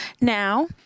Now